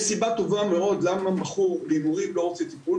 יש סיבה טובה מאוד למה מכור להימורים לא רוצה טיפול,